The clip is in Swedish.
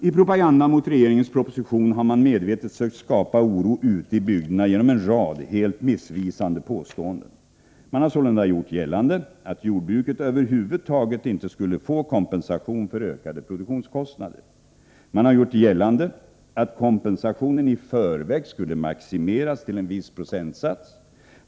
I propagandan mot regeringens proposition har man medvetet sökt skapa oro ute i bygderna genom en rad helt missvisande påståenden. Man har sålunda gjort gällande att jordbruket över huvud taget inte skulle få kompensation för ökade produktionskostnader. Man har gjort gällande att kompensationen i förväg skulle maximeras till en viss procentsats.